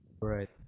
Right